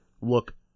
look